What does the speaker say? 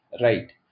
Right